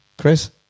chris